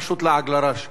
פשוט לעג לרש.